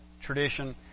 tradition